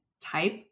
type